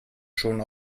schon